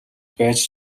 байж